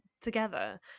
together